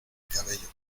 cabello